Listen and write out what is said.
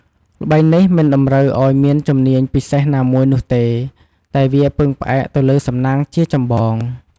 ល្បែងនេះមិនតម្រូវឱ្យមានជំនាញពិសេសណាមួយនោះទេតែវាពឹងផ្អែកទៅលើសំណាងជាចម្បង។